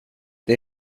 det